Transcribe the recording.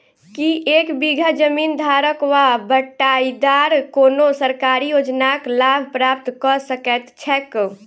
की एक बीघा जमीन धारक वा बटाईदार कोनों सरकारी योजनाक लाभ प्राप्त कऽ सकैत छैक?